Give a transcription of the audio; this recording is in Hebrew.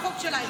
החוק שלהם.